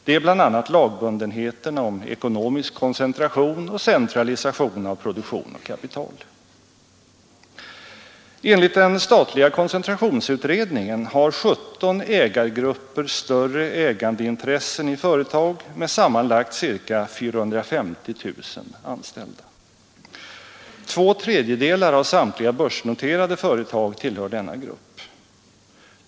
Det är bl.a. lagbundenheterna i fråga om ekonomisk koncentration och centralisation av produktion och kapital. Två tredjedelar av samtliga börsnoterade företag tillhör denna grupp.